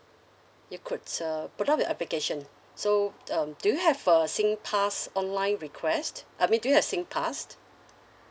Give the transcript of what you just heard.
you could uh put up your application so um do you have a singpasss online request I mean do you have singpass